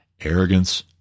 arrogance